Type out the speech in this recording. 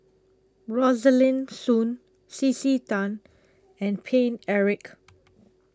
Rosaline Soon C C Tan and Paine Eric